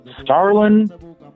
Starlin